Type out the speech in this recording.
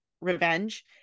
revenge